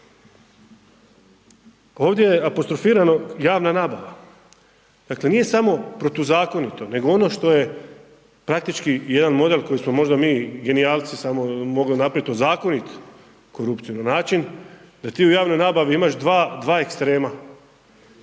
Ovdje je apostrofirano javna nabava, dakle nije samo protuzakonito nego ono što je praktički jedan model koji smo možda mi genijalci samo mogli napravit, ozakonit korupciju na način da ti u javnoj nabavi imaš dva ekstrema